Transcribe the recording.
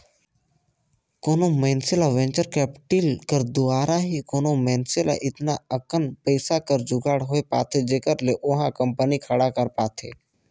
कोनो मइनसे ल वेंचर कैपिटल कर दुवारा ही कोनो मइनसे ल एतना अकन पइसा कर जुगाड़ होए पाथे जेखर ले ओहा कंपनी खड़ा कर पाथे